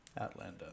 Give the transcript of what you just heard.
Outlander